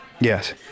Yes